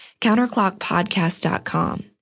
counterclockpodcast.com